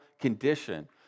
condition